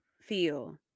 feel